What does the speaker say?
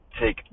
take